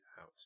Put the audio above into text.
out